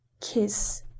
KISS